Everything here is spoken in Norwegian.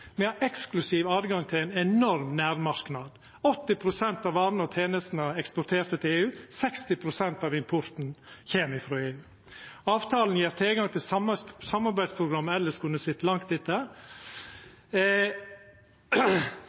Me har eksklusiv tilgjenge til ein enorm nærmarknad. 80 pst. av varene og tenestene er eksporterte til EU, 60 pst. av importen kjem frå EU. Avtalen gjev tilgjenge til samarbeidsprogram me elles kunne sett langt etter.